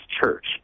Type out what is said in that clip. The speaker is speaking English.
church